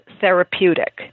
therapeutic